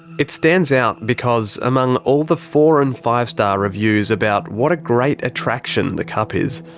it stands out because among all the four and five star reviews about what a great attraction the cup is,